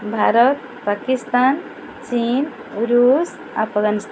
ଭାରତ ପାକିସ୍ତାନ ଚୀନ୍ ଋଷ୍ ଆଫ୍ଗାନିସ୍ତାନ୍